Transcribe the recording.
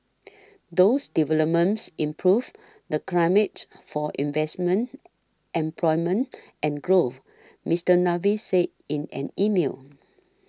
those developments improve the climate for investment employment and growth Mister Davis said in an email